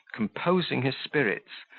composing his spirits,